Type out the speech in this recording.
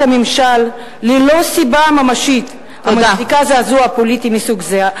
הממשל ללא סיבה ממשית המצדיקה זעזוע פוליטי מסוג זה.